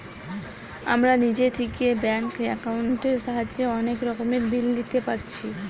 আমরা নিজে থিকে ব্যাঙ্ক একাউন্টের সাহায্যে অনেক রকমের বিল দিতে পারছি